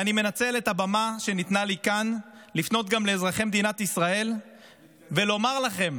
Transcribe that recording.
אני מנצל את הבמה שניתנה לי כאן לפנות גם לאזרחי מדינת ישראל ולומר לכם: